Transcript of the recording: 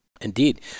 Indeed